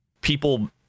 people